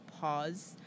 pause